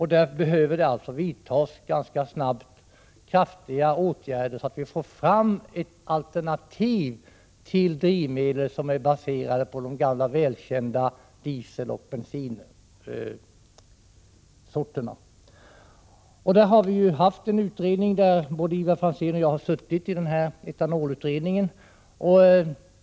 Här behöver det ganska snabbt vidtas kraftiga åtgärder, så att vi får fram alternativ till de drivmedel som är baserade på diesel och bensin, de gamla välkända drivmedlen. Vi har haft en utredning där både Ivar Franzén och jag varit med — etanolutredningen.